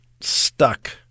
stuck